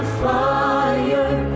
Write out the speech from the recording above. fire